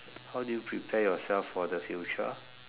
how do you prepare yourself for the future